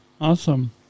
Awesome